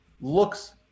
looks